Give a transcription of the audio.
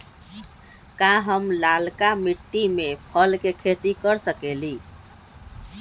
का हम लालका मिट्टी में फल के खेती कर सकेली?